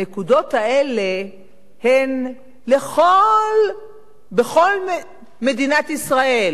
הנקודות האלה הן בכל מדינת ישראל.